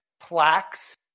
plaques